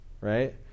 right